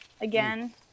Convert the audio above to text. again